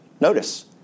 Notice